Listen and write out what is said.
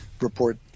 report